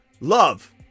love